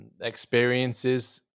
experiences